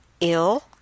ill